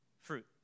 fruit